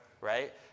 Right